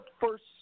first